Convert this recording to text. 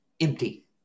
empty